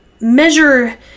measure